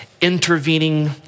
intervening